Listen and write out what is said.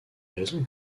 raisons